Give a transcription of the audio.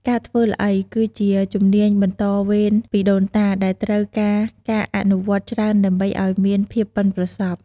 ការធ្វើល្អី គឺជាជំនាញបន្តវេនពីដូនតា ដែលត្រូវការការអនុវត្តច្រើនដើម្បីឱ្យមានភាពប៉ិនប្រសប់។